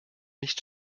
nicht